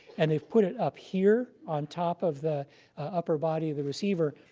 and they've put it up here on top of the upper body of the receiver.